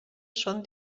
són